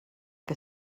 que